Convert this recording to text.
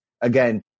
again